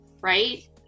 right